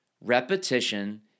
Repetition